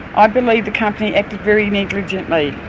i believe the company acted very negligently.